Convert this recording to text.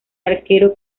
arquero